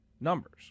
numbers